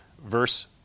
verse